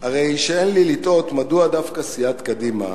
הרי שאין לי אלא לתהות מדוע דווקא סיעת קדימה